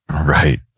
Right